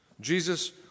Jesus